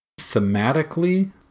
Thematically